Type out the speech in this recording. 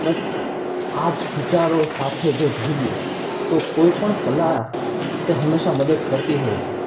બસ આ જ વિચારો સાથે જો જોઈએ તો કોઈપણ કલા તે હંમેશા મદદ કરતી હોય છે